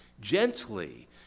gently